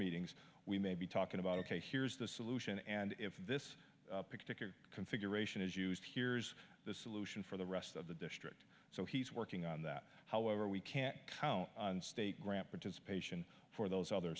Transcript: meetings we may be talking about ok here's the solution and if this particular configuration is used here's the solution for the rest of the district so he's working on that however we can't count on state grant participation for those other